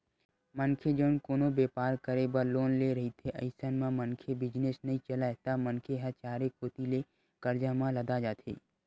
मनखे जउन कोनो बेपार करे बर लोन ले रहिथे अइसन म मनखे बिजनेस नइ चलय त मनखे ह चारे कोती ले करजा म लदा जाथे